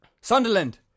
Sunderland